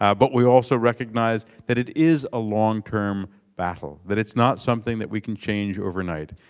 ah but we also recognize that it is a long-term battle, that it's not something that we can change overnight,